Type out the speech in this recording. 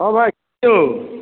हाँ भाइ की यौ